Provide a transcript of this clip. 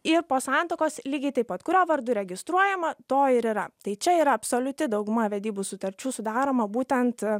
ir po santuokos lygiai taip pat kurio vardu registruojama to ir yra tai čia yra absoliuti dauguma vedybų sutarčių sudaroma būtent